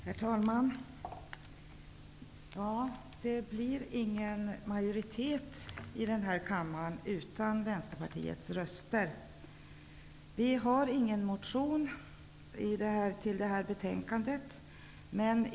Herr talman! Det blir ingen majoritet i den här kammaren utan Vänsterpartiets röster. Vi har ingen motion i det här betänkandet.